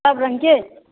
सब रङ्गके